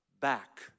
back